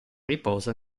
riposa